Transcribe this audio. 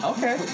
Okay